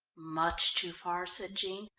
much too far, said jean.